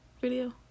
video